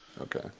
Okay